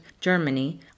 Germany